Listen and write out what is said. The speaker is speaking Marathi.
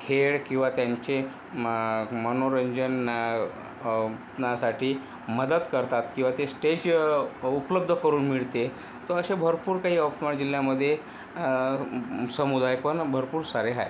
खेळ किंवा त्यांचे मं मनोरंजन नासाठी मदत करतात किंवा ते स्टेज उपलब्ध करून मिळते तर असे भरपूर काही यवतमाळ जिल्ह्यामध्ये समुदाय पण भरपूर सारे आहेत